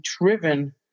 driven